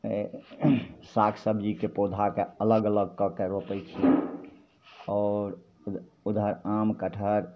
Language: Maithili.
साग सबजीके पौधाके अलग अलग कऽ के रोपै छिए आओर उधर आम कटहर